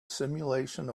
simulation